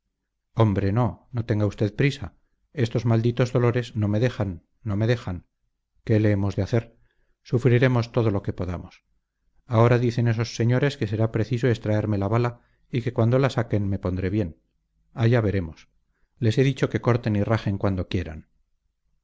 hombre no no tenga usted prisa estos malditos dolores no me dejan no me dejan qué le hemos de hacer sufriremos todo lo que podamos ahora dicen esos señores que será preciso extraerme la bala y que cuando la saquen me pondré bien allá veremos les he dicho que corten y rajen cuando quieran